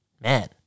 man